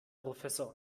professor